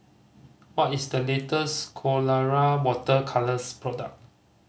what is the latest Colora Water Colours product